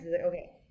Okay